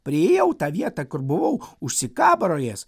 priėjau tą vietą kur buvau užsikabarojęs